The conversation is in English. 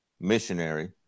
missionary